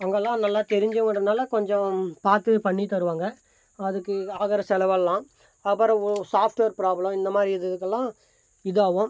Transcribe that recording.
அங்கெலாம் நல்லா தெரிஞ்சவங்ககிறனால கொஞ்சம் பார்த்து பண்ணி தருவாங்க அதுக்கு ஆகிற செலவெல்லாம் அப்புறம் சாஃப்ட்வேர் ப்ராப்ளம் இந்த மாதிரி இதுக்கெலாம் இதாகவும்